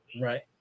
Right